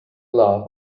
laugh